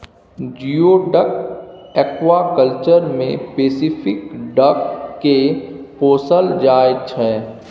geoduck aquaculture मे pacific duck केँ पोसल जाइ छै